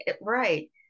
right